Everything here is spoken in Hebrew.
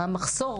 היה מחסור.